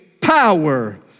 power